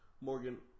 Morgan